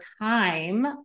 time